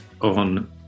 on